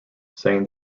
saying